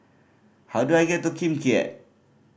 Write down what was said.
how do I get to Kim Keat